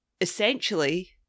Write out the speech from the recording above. essentially